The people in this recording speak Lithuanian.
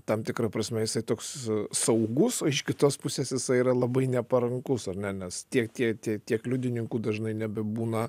tam tikra prasme jisai toks saugus o iš kitos pusės jisai yra labai neparankus ar ne nes tie tie tie tiek liudininkų dažnai nebebūna